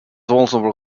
also